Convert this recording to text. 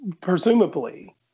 presumably